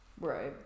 Right